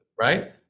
right